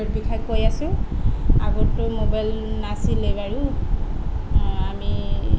সুবিধা কৈ আছো আগতটো ম'বাইল নাছিলে বাৰু আমি